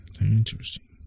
Interesting